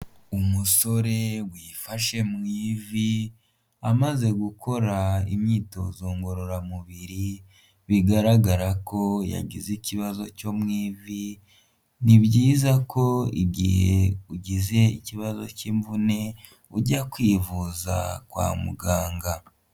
Umusore wifashe mu ivi amaze gukora imyitozo ngororamubiri, bigaragara ko yagize ikibazo cyo mu ivi ni byiza ko igihe ugize ikibazo cy'imvune ujya kwivuza kwa muganga.